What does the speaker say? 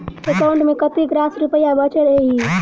account मे कतेक रास रुपया बचल एई